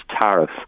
tariff